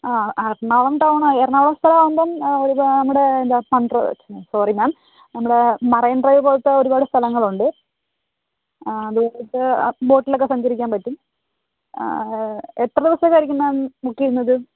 Ernakulam town Ernakulam സ്ഥലം ആവുമ്പം ഒരു നമ്മുടെ എന്താ മൺഡ്രോ സോറി മാം നമ്മുടെ മറൈൻ ഡ്രൈവ് പോലത്തെ ഒരുപാട് സ്ഥലങ്ങൾ ഉണ്ട് ബോട്ടിലൊക്കെ സഞ്ചരിക്കാൻ പറ്റും എത്ര ദിവസത്തേക്കായിരിക്കും മാം ബുക്ക് ചെയ്യുന്നത്